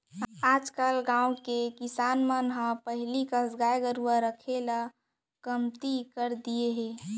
आजकल गाँव के किसान मन ह पहिली कस गाय गरूवा रखाई ल कमती कर दिये हें